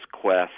quest